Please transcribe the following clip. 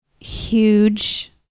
huge